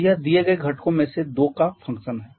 तो यह दिए गए घटकों में से दो का एक फंक्शन है